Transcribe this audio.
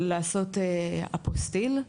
לעשות אפוסטיל,